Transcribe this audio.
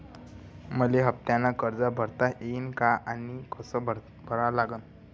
मले हफ्त्यानं कर्ज भरता येईन का आनी कस भरा लागन?